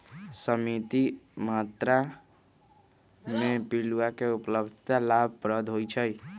सीमित मत्रा में पिलुआ के उपलब्धता लाभप्रद होइ छइ